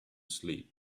sleep